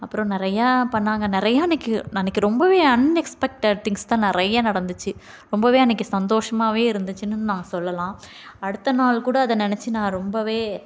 அப்புறம் நிறையா பண்ணாங்க நிறையா அன்னிக்கி அன்னிக்கி ரொம்பவே அன்எக்ஸ்பெக்டட் திங்க்ஸ் தான் நிறையா நடந்துச்சு ரொம்பவே அன்னிக்கி சந்தோஷமாகவே இருந்துச்சுன்னு நான் சொல்லலாம் அடுத்த நாள் கூட அதை நினச்சி நான் ரொம்பவே